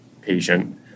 patient